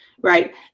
Right